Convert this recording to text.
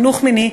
חינוך מיני,